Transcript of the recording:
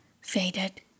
faded